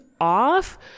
off